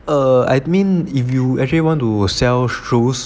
err I mean if you actually want to sell shoes